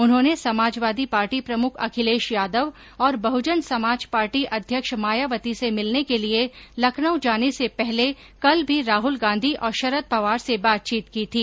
उन्होंने समाजवादी पार्टी प्रमुख अखिलेश यादव और बहुजन समाज पार्टी अध्यक्ष मायावती से मिलने के लिए लखनऊ जाने से पहर्ल कल भी राहल गांधी और शरद पवार से बातचीत की थी